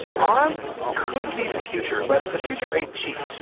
arm could be the future, but the future ain't cheap.